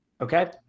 Okay